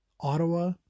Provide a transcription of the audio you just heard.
Ottawa